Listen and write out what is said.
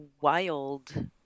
wild